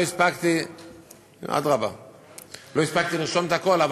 לא הספקתי לרשום הכול.